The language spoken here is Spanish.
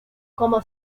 como